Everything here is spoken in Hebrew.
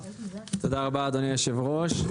תודה רבה, אדוני היושב-ראש.